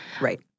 Right